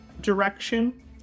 direction